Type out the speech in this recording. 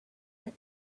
that